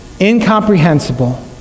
incomprehensible